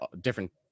different